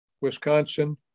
Wisconsin